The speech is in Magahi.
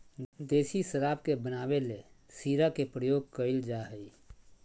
देसी शराब के बनावे ले शीरा के प्रयोग कइल जा हइ